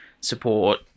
support